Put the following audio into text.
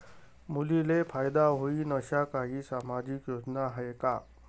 मुलींले फायदा होईन अशा काही सामाजिक योजना हाय का?